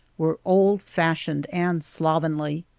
were old-fashioned and slovenly.